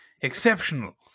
Exceptional